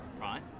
Right